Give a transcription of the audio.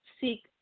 seek